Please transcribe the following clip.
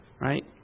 Right